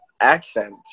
accent